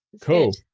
cool